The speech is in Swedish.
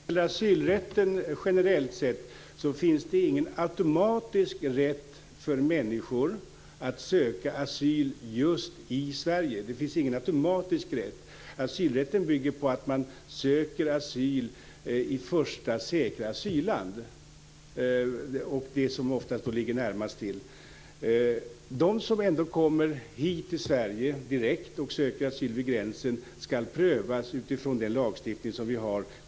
Fru talman! När det gäller asylrätten generellt sätt finns det ingen automatisk rätt för människor att söka asyl just i Sverige. Asylrätten bygger på att man söker asyl i första säkra asylland och det som oftast ligger närmast till. De som ändå kommer direkt till Sverige och söker asyl vid gränsen skall prövas utifrån den lagstiftning som vi har.